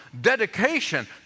dedication